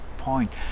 point